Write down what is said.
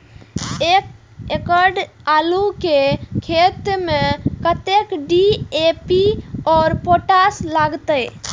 एक एकड़ आलू के खेत में कतेक डी.ए.पी और पोटाश लागते?